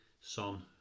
Son